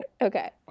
Okay